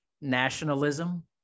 nationalism